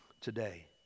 today